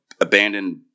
abandoned